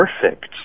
perfect